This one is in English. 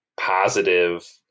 positive